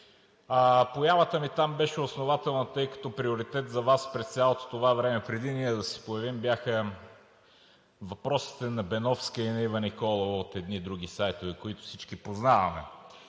всяка вечер, беше основателна, тъй като приоритет за Вас през цялото това време, преди ние да се появим, бяха въпросите на Беновска и на Ива Николова от едни други сайтове, които всички познаваме.